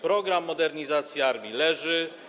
Program modernizacji armii leży.